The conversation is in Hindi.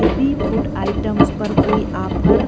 बेबी फ़ूड आइटम्स पर कोई आफर